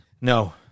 No